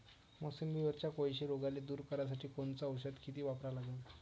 मोसंबीवरच्या कोळशी रोगाले दूर करासाठी कोनचं औषध किती वापरा लागन?